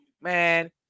Man